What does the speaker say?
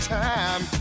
time